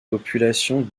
populations